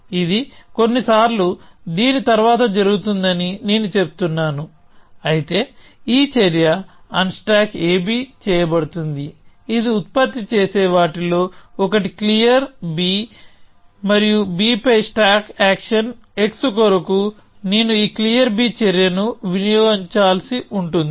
ఇది కొన్నిసార్లు దీని తరువాత జరుగుతుందని నేను చెబుతున్నాను అయితే ఈ చర్య అన్స్టాక్ ab చేయబడుతుంది ఇది ఉత్పత్తి చేసే వాటిలో ఒకటి క్లియర్ మరియు b పై స్టాక్ యాక్షన్ x కొరకు నేను ఈ క్లియర్ చర్యను వినియోగించాల్సి ఉంటుంది